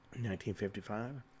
1955